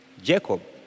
Jacob